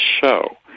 show